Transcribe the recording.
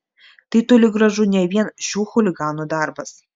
tai toli gražu ne vien šių chuliganų darbas